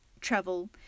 travel